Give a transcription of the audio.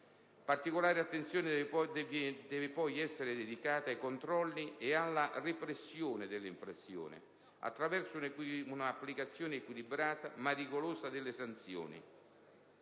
Particolare attenzione deve poi essere dedicata ai controlli e alla repressione delle infrazioni, attraverso una applicazione equilibrata ma rigorosa delle sanzioni.